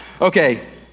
Okay